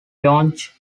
yonge